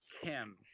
Kim